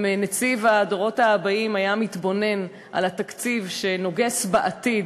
אם נציב הדורות הבאים היה מתבונן על התקציב שנוגס בעתיד,